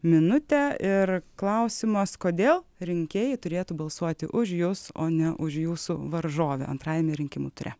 minutę ir klausimas kodėl rinkėjai turėtų balsuoti už jus o ne už jūsų varžovę antrajame rinkimų ture